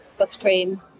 buttercream